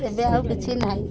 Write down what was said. ଏବେ ଆଉ କିଛି ନାହିଁ